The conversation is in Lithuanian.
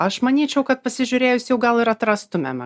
aš manyčiau kad pasižiūrėjus jau gal ir atrastumėme